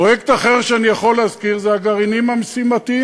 פרויקט אחר שאני יכול להזכיר הוא הגרעינים המשימתיים.